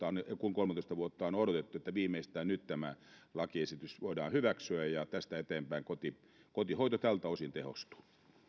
on kun kolmetoista vuotta on odotettu että viimeistään nyt tämä lakiesitys voidaan hyväksyä tästä eteenpäin kotihoito tältä osin tehostuu